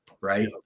right